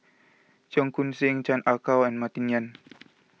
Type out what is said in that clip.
Cheong Koon Seng Chan Ah Kow and Martin Yan